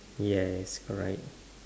yes alright